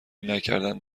نکردند